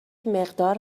مقدار